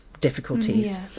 difficulties